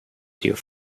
dear